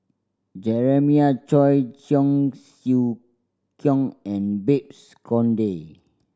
Jeremiah Choy Cheong Siew Keong and Babes Conde